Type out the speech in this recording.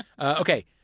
Okay